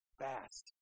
fast